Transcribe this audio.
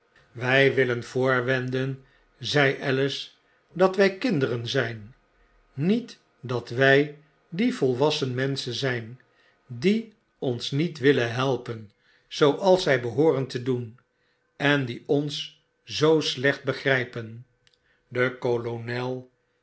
wy willen vo orwenden zei alice dat wy kinderen zijn niet dat wy die volwassen mensehen zyn die ons niet willen helpen zooals zy behoorden te doen en die ons zoo slecht begrypen de kolonel